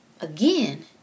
Again